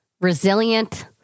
resilient